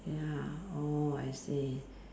ya oh I see